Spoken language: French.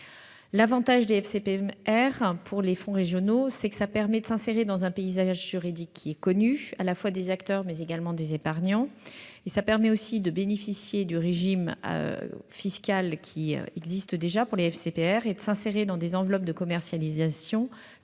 L'avantage des FCPR pour les fonds régionaux, c'est qu'ils permettent de s'insérer dans un paysage juridique qui est connu des acteurs, mais également des épargnants. Cela permet aussi de bénéficier du régime fiscal qui existe déjà pour les FCPR et de s'insérer dans des enveloppes de commercialisation, telles